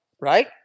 right